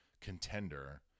contender